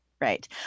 Right